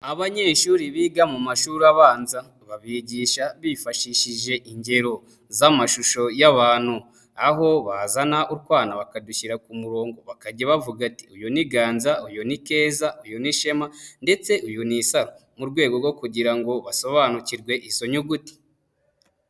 Abanyeshuri biga mu mashuri abanza babigisha bifashishije ingero z'amashusho y'abantu, aho bazana utwana bakadushyira ku murongo bakajya bavuga bati"uyu ni Ganza, uyu ni Keza, uyu ni Shema ndetse uyu ni Isaro, mu rwego rwo kugira ngo basobanukirwe izo nyuguti.